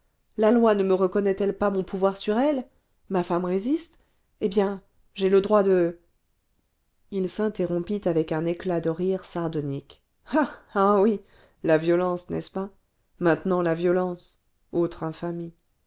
la loi ne me reconnaît elle pas mon pouvoir sur elle ma femme résiste eh bien j'ai le droit de il s'interrompit avec un éclat de rire sardonique oh oui la violence n'est-ce pas maintenant la violence autre